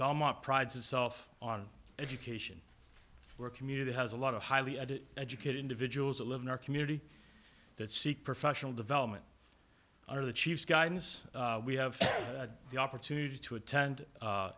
belmont prides itself on education where community has a lot of highly added educated individuals that live in our community that seek professional development are the chief guidance we have the opportunity to attend